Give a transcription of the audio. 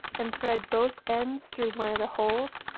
and thread both ends through one of the holes,